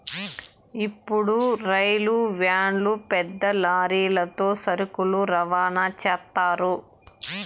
ఇప్పుడు రైలు వ్యాన్లు పెద్ద లారీలతో సరుకులు రవాణా చేత్తారు